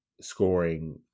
scoring